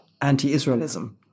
anti-Israelism